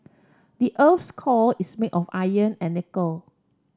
the earth's core is made of iron and nickel